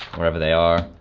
wherever they are.